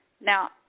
Now